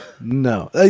No